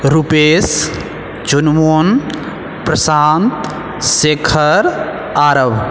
Rupesh Chunmun Prashant Shekhar Aarav